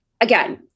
again